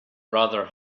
rather